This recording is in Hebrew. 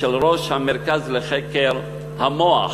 ראש המרכז לחקר המוח